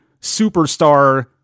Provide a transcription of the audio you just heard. superstar